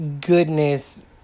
Goodness